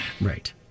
right